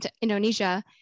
Indonesia